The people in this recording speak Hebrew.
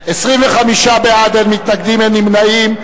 25 בעד, אין מתנגדים, אין נמנעים.